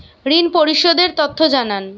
ঋন পরিশোধ এর তথ্য জানান